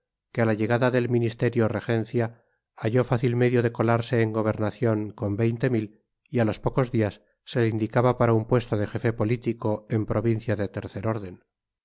que a la llegada del ministerio regencia halló fácil medio de colarse en gobernación con veinte mil y a los pocos días se le indicaba para un puesto de jefe político en provincia de tercer orden